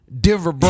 Denver